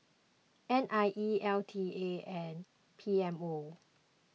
N I E L T A and P M O